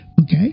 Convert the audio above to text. okay